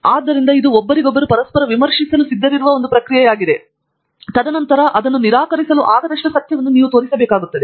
ಆದ್ದರಿಂದ ಇದು ಒಬ್ಬರಿಗೊಬ್ಬರು ಪರಸ್ಪರ ವಿಮರ್ಶಿಸಲು ಸಿದ್ಧರಿರುವ ಒಂದು ಪ್ರಕ್ರಿಯೆಯಾಗಿದೆ ಮತ್ತು ತದನಂತರ ಅದನ್ನು ನಿರಾಕರಿಸಲಾಗದಷ್ಟು ಸತ್ಯವನ್ನು ಹಿಡಿದಿಟ್ಟುಕೊಳ್ಳಿ